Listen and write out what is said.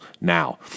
Now